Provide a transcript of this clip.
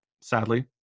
sadly